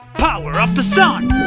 power of the sun!